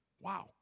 Wow